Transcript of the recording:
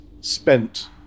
spent